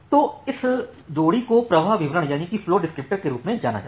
तो इस जोड़ी को प्रवाह विवरण के रूप में जाना जाता है